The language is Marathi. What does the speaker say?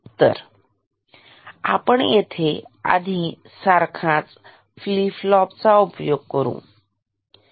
तर आपण येथे आधी सारखाच फ्लीप फ्लॉप चा उपयोग करू